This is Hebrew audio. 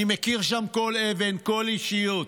אני מכיר שם כל אבן, כל אישיות.